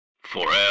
forever